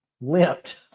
limped